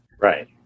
Right